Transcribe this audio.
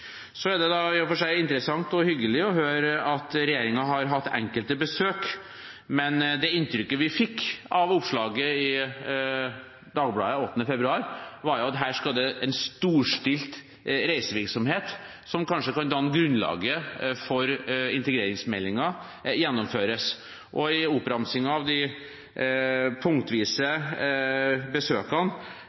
Det er i og for seg interessant og hyggelig å høre at regjeringen har hatt enkelte besøk, men det inntrykket vi fikk av oppslaget i Dagbladet den 8. februar, var at det skal gjennomføres en storstilt reisevirksomhet, som kanskje kan danne et grunnlag for integreringsmeldingen. I oppramsingen av de punktvise besøkene